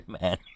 man